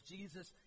Jesus